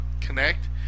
connect